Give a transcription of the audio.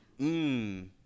Mmm